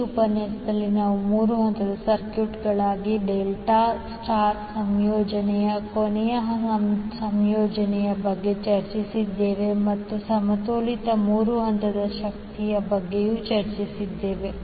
ಈ ಉಪನ್ಯಾಸದಲ್ಲಿ ನಾವು ಮೂರು ಹಂತದ ಸರ್ಕ್ಯೂಟ್ಗಾಗಿ ಡೆಲ್ಟಾ ಸ್ಟಾರ್ ಸಂಯೋಜನೆಯ ಕೊನೆಯ ಸಂಯೋಜನೆಯ ಬಗ್ಗೆ ಚರ್ಚಿಸಿದ್ದೇವೆ ಮತ್ತು ಸಮತೋಲಿತ ಮೂರು ಹಂತದ ಶಕ್ತಿಯ ಬಗ್ಗೆಯೂ ಚರ್ಚಿಸಿದ್ದೇವೆ